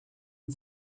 and